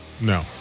No